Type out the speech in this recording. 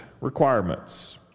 requirements